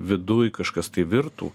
viduj kažkas tai virtų